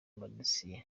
madosiye